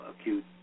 acute